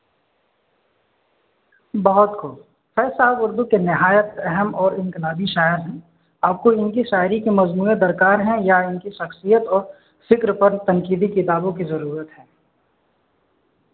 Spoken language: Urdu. بہت خوب فیض صاحب اردو کے نہایت اہم اور انقلابی شاعر ہیں آپ کو ان کی شاعری کے مجموعے درکار ہیں یا ان کی شخصیت اور فکر پر تنقیدی کتابوں کی ضرورت ہے